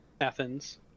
Athens